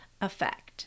effect